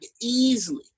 easily